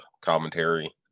commentary